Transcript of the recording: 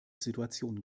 situation